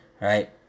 right